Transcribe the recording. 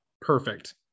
perfect